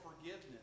forgiveness